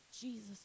Jesus